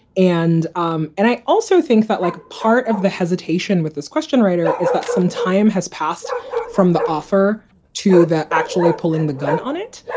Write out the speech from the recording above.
and um and i also think that like part of the hesitation with this question writer, is that some time has passed from the offer to that actually pulling the gun on it.